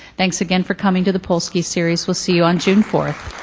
thanks again for coming to the polsky series. we'll see you on june fourth.